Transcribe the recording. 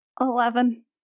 Eleven